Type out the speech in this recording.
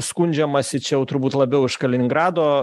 skundžiamasi čia jau turbūt labiau iš kaliningrado